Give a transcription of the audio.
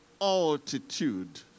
altitude